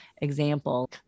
example